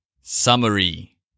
Summary